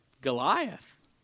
Goliath